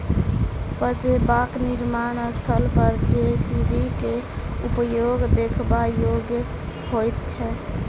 पजेबाक निर्माण स्थल पर जे.सी.बी के उपयोग देखबा योग्य होइत छै